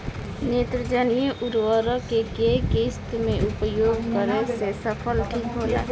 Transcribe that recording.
नेत्रजनीय उर्वरक के केय किस्त मे उपयोग करे से फसल ठीक होला?